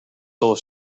solar